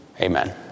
Amen